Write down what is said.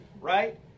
right